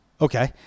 Okay